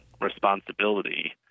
responsibility